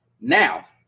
Now